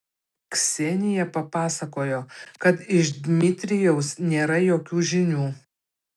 ksenija papasakojo kad iš dmitrijaus nėra jokių žinių